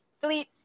delete